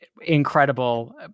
incredible